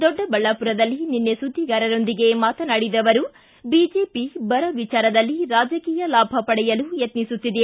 ದೊಡ್ಡಬಳ್ಳಾಪುರದಲ್ಲಿ ನಿನ್ನೆ ಸುದ್ದಿಗಾರರೊಂದಿಗೆ ಮಾತನಾಡಿದ ಅವರು ಬಿಜೆಪಿ ಬರ ವಿಚಾರದಲ್ಲಿ ರಾಜಕೀಯ ಲಾಭ ಪಡೆಯಲು ಯತ್ನಿಸುತ್ತಿದೆ